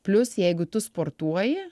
plius jeigu tu sportuoji